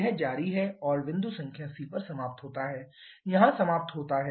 यह जारी है और बिंदु संख्या c पर समाप्त होता है यहाँ समाप्त होता है